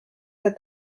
that